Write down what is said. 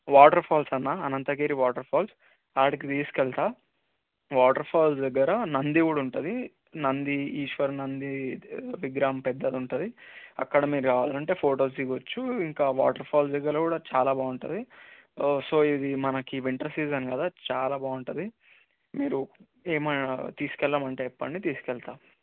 water falls అన్న Anantagiri water falls ఆడికి తీసుకు వెళ్తాను వాటర్ ఫాల్స్ దగ్గర నంది కూడా ఉంటుంది నంది ఈశ్వర నంది విగ్రహం పెద్దది ఉంటుంది అక్కడ మీరు కావాలంటే ఫోటోస్ దిగవచ్చు ఇంకా వాటర్ ఫాల్స్ దగ్గర కూడా చాలా బాగుంటుంది సో ఇది మనకు వింటర్ సీజన్ కదా చాలా బాగుంటుంది మీరు ఏమన్న తీసుకు వెళ్దాం అంటే చెప్పండి తీసుకు వెళ్తాను